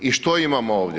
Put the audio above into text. I što imamo ovdje?